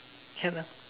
can lah